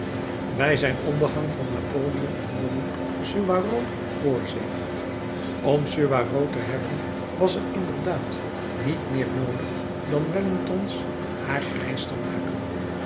bij zijn ondergang vond napoleon een jongen suwarow voor zich om suwarow te hebben was er inderdaad niet meer noodig dan wellington's haar grijs te maken